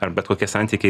ar bet kokie santykiai